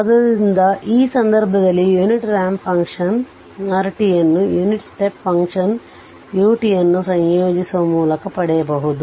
ಆದ್ದರಿಂದ ಈ ಸಂದರ್ಭದಲ್ಲಿ ಯುನಿಟ್ ರಾಂಪ್ ಫಂಕ್ಷನ್ rt ಅನ್ನು ಯುನಿಟ್ ಸ್ಟೆಪ್ ಫಂಕ್ಷನ್ ut ಅನ್ನು ಸಂಯೋಜಿಸುವ ಮೂಲಕ ಪಡೆಯಬಹುದು